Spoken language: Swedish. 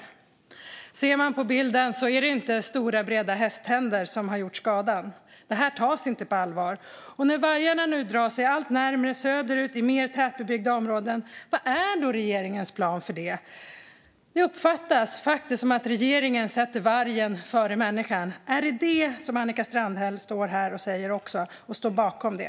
Tittar man på bilden ser man att det inte är stora breda hästtänder som har gjort skadan. Detta tas inte på allvar. Vargarna drar sig nu allt längre söderut, till mer tätbebyggda områden. Vad är då regeringens plan? Det uppfattas faktiskt som att regeringen sätter vargen före människan. Är det vad Annika Strandhäll också står här och säger? Står hon bakom det?